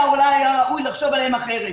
אולי היה ראוי לחשוב עליהם אחרת.